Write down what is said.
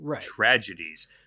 tragedies